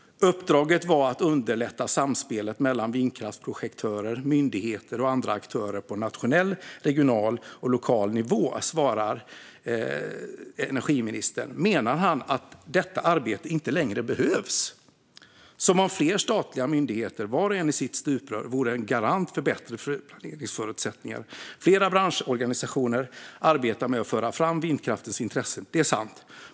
"Uppdraget var att underlätta samspelet mellan vindkraftsprojektörer, myndigheter och andra aktörer på nationell, regional och lokal nivå", svarar energiministern. Menar han att detta arbete inte längre behövs, som om fler statliga myndigheter, var och en i sitt stuprör, vore en garant för bättre planeringsförutsättningar? Flera branschorganisationer arbetar med att föra fram vindkraftens intressen. Det är sant.